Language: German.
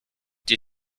die